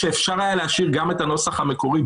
אפשר היה להשאיר גם את הנוסח המקורי,